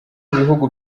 ibihugu